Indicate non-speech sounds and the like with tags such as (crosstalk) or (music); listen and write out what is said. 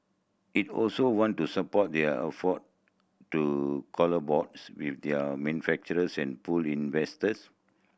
it also want to support their effort to (unintelligible) with the manufacturers and pull in investors